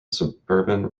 suburban